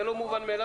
זה לא מובן מאליו,